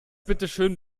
bitteschön